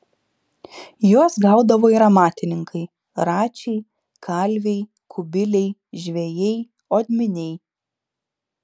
juos gaudavo ir amatininkai račiai kalviai kubiliai žvejai odminiai